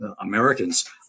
americans